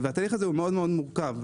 התהליך הזה מאוד מורכב.